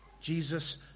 Jesus